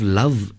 love